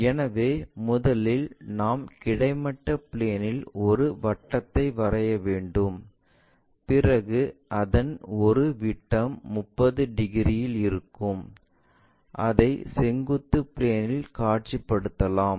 எனவே முதலில் நாம் கிடைமட்ட பிளேன் இல் ஒரு வட்டத்தை வரைய வேண்டும் பிறகு அதன் ஒரு விட்டம் 30 டிகிரியில் இருக்கும் அதை செங்குத்து பிளேனில் காட்சிப்படுத்தலாம்